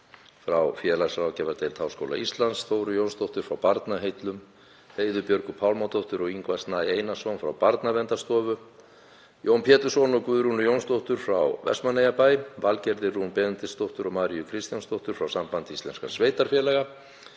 frá félagsráðgjafardeild Háskóla Íslands, Þóru Jónsdóttur frá Barnaheillum, Heiðu Björgu Pálmadóttur og Ingva Snæ Einarsson frá Barnaverndarstofu, Jón Pétursson og Guðrúnu Jónsdóttur frá Vestmannaeyjabæ, Valgerði Rún Benediktsdóttur og Maríu Kristjánsdóttur frá Sambandi íslenskra sveitarfélaga,